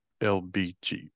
LBG